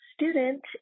student